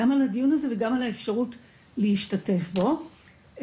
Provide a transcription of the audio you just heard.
גם על הדיון הזה וגם על האפשרות להשתתף בו ולשמוע,